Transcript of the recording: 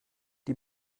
die